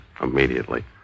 immediately